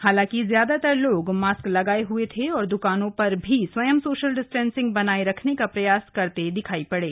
हालांकि ज्यादातर लोग मास्क लगाये हए थे और दुकानों पर भी स्वयं सोशल डिस्टेंसिंग बनाये रखने का प्रयास करते दिखाई पड़े